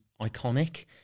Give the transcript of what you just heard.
iconic